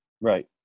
right